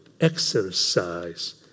exercise